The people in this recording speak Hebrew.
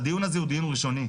הדיון הזה הוא דיון ראשוני,